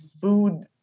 food